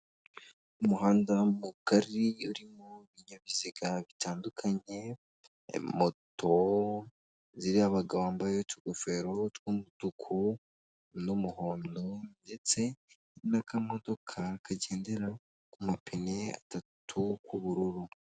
Umuhanda mugari urimo ibinyabiziga bitandukanye emoto ziri ho abagabo wambaye utugofero tw'umutuku n'umuhondo ndetse n'akamodoka kagendera ku mapine atatu k'ubururu.